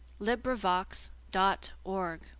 LibriVox.org